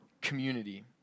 community